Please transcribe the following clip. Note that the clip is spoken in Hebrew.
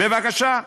בבקשה,